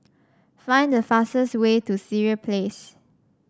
find the fastest way to Sireh Place